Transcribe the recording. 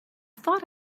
thought